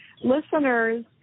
listeners